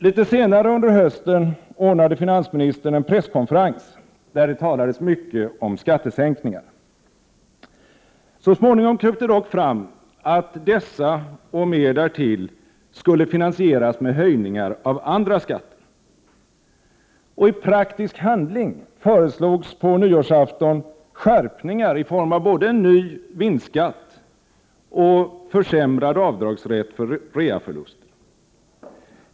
Litet senare under hösten ordnade finansministern en presskonferens, där det talades mycket om skattesänkningar. Så småningom kröp det dock fram att dessa och mer därtill skulle finansieras med höjningar av andra skatter. Och i praktisk handling föreslogs på nyårsafton skärpningar i form av en ny vinstskatt och försämrad avdragsrätt för reaförluster.